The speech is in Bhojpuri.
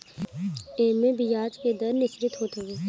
एमे बियाज के दर निश्चित होत हवे